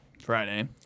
Friday